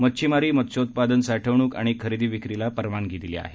मच्छिमारी मत्स्योत्पादन साठवणूक आणि खरेदी विक्रीला परवानगी दिली आहे